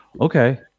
okay